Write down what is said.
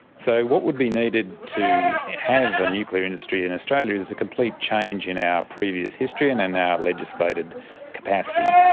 so what would be needed to have a nuclear industry in australia is a complete change in our previous history and in and our legislated capacity.